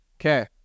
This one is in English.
Okay